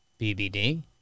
BBD